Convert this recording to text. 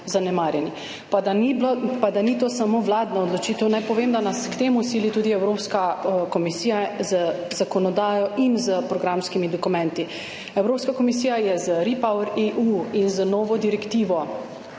Pa da ni to samo vladna odločitev, naj povem, da nas k temu sili tudi Evropska komisija z zakonodajo in s programskimi dokumenti. Evropska komisija je z REPowerEU in z novo direktivo,